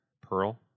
Pearl